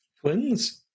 Twins